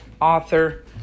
author